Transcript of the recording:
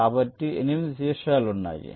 కాబట్టి 8 శీర్షాలు ఉన్నాయి